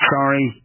Sorry